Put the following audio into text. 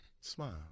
Smile